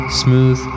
smooth